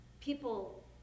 people